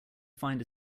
find